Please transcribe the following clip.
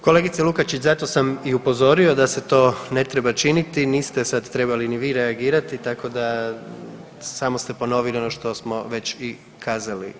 Kolegice Lukačić zato sam i upozorio da se to ne treba činiti, niste sad trebali ni vi reagirati, tako da samo ste ponovili ono što već i kazali.